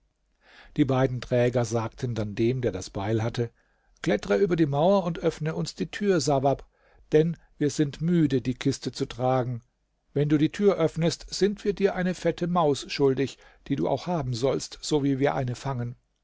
die beiden träger sagten dann dem der das beil hatte klettre über die mauer und öffne uns die tür sawab denn wir sind müde die kiste zu tragen wenn du die tür öffnest sind wir dir eine fette maus schuldig die du auch haben sollst so wie wir eine fangen